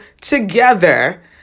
together